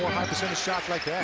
high percentage shots like that.